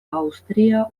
aŭstria